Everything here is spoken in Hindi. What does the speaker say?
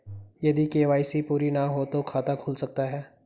यदि के.वाई.सी पूरी ना हो तो खाता खुल सकता है?